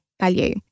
value